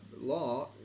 law